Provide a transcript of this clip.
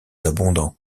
abondants